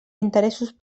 interessos